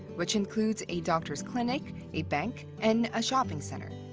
which includes a doctor's clinic, a bank, and shopping center.